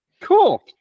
Cool